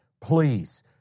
Please